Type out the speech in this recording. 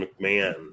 McMahon